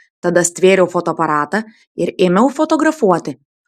tada stvėriau fotoaparatą ir ėmiau fotografuoti